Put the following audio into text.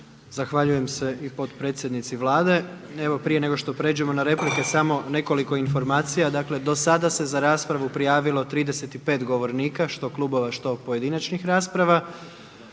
Zahvaljujem se i potpredsjednici Vlade. Evo prije nego što pređemo na replike samo nekoliko informacija. Dakle do sada se za raspravu prijavilo 35 govornika što klubova, što pojedinačnih rasprava,